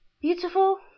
Beautiful